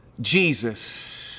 Jesus